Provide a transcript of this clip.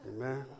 Amen